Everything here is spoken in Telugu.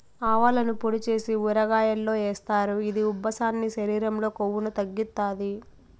ఆవాలను పొడి చేసి ఊరగాయల్లో ఏస్తారు, ఇది ఉబ్బసాన్ని, శరీరం లో కొవ్వును తగ్గిత్తాది